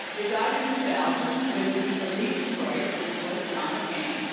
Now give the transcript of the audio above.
it died in two thousand with the elite's choice, which was john mccain.